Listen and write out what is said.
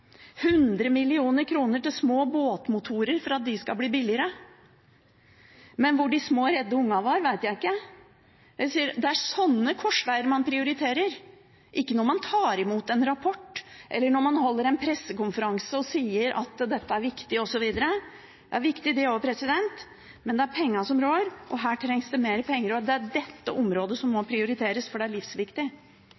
100 mill. kr til små båtmotorer, sånn at de skal bli billigere. Men hvor de små, redde ungene var, vet jeg ikke. Det er ved sånne korsveger man prioriterer – ikke når man tar imot en rapport, eller når man holder en pressekonferanse og sier at dette er viktig osv. Det er også viktig, men det er pengene som råder, og her trengs det mer penger. Det er dette området som må